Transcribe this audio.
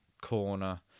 corner